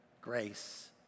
grace